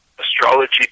astrology